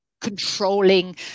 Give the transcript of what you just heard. controlling